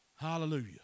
Hallelujah